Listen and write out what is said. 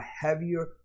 heavier